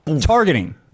Targeting